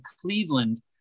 cleveland